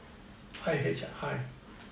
I_H_I